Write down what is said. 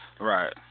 Right